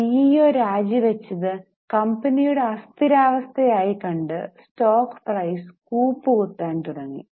C E O രാജി വച്ചത് കമ്പനിയുടെ അസ്ഥിരാവസ്ഥ ആയി കണ്ടു സ്റ്റോക്ക് പ്രൈസ് കൂപ്പുകുത്താൻ തുടങ്ങി